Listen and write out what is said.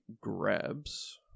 grabs